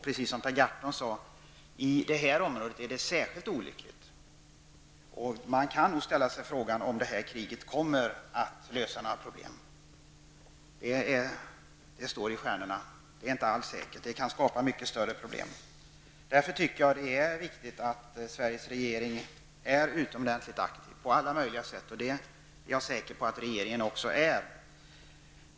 Precis som Per Gahrton sade, är krig särskilt olyckligt i Mellanöstern. Om det här kriget kommer att lösa några problem står skrivet i stjärnorna. Det är mycket möjligt att det skapar mycket större problem. Därför tycker jag att det är viktigt att Sveriges regeringen är utomordentligt aktiv på alla möjliga sätt, och det är jag säker på att regeringen också är.